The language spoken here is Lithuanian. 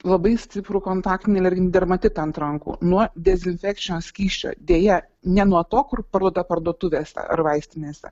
labai stiprų kontaktinį alerginį dermatitą ant rankų nuo dezinfekcinio skysčio deja ne nuo to kur parduota parduotuvėse ar vaistinėse